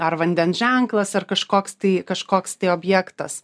ar vandens ženklas ar kažkoks tai kažkoks tai objektas